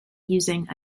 using